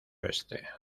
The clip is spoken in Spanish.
oeste